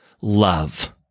Love